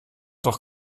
doch